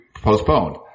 postponed